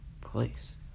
place